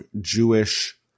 Jewish